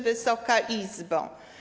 Wysoka Izbo!